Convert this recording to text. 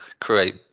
create